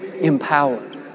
empowered